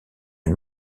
une